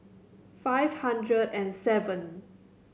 five hundred and seven